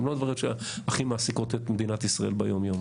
הן לא בעיות שהכי מעסיקות את מדינת ישראל ביום-יום,